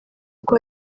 kuko